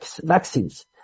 vaccines